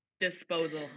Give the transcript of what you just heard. disposal